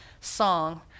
song